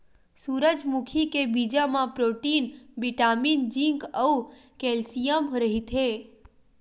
सूरजमुखी के बीजा म प्रोटीन, बिटामिन, जिंक अउ केल्सियम रहिथे